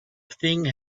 thing